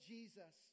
Jesus